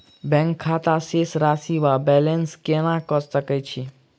Bank खाता शेष राशि वा बैलेंस केना कऽ सकय छी?